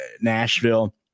nashville